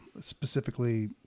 specifically